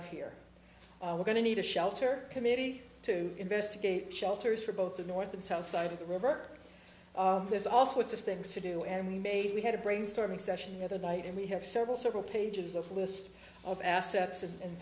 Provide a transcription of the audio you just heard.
of here we're going to need a shelter committee to investigate shelters for both the north and south side of the river there's all sorts of things to do and we made we had a brainstorming session the other night and we have several several pages of list of assets and